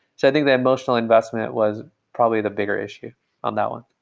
so think the emotional investment was probably the bigger issue on that one.